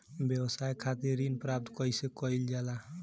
व्यवसाय खातिर ऋण प्राप्त कइसे कइल जाला?